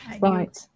Right